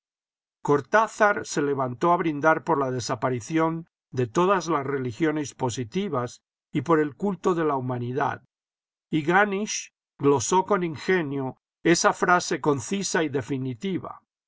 cortázar se levantó a brindar por la desaparición de todas las religiones positivas y por el culto de la humanidad y ganisch glosó con ingenio esa frase concisa y definitiva